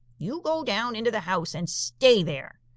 you go down into the house and stay there!